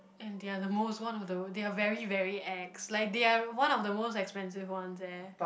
and they are the most one although they are very very ex like they are one of the most expensive one there